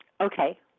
Okay